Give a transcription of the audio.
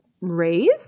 Raise